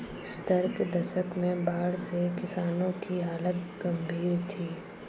सत्तर के दशक में बाढ़ से किसानों की हालत गंभीर थी